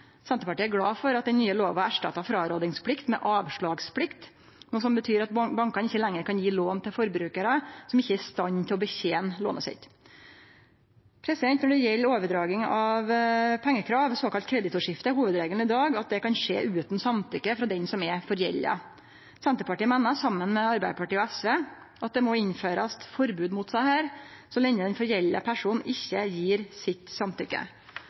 Senterpartiet er glad for at den nye lova erstattar frårådingsplikt med avslagsplikt, noko som betyr at bankane ikkje lenger kan gje lån til forbrukarar som ikkje er i stand til å betene lånet sitt. Når det gjeld overdraging av pengekrav, såkalla kreditorskifte, er hovudregelen i dag at det kan skje utan samtykke frå den som er forgjelda. Senterpartiet meiner, saman med Arbeidarpartiet og SV, at det må innførast forbod mot dette, så lenge den forgjelda personen ikkje gjev sitt samtykke.